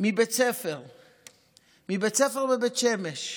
מבית ספר בבית שמש.